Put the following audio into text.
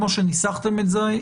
כמו שניסחתם את זה,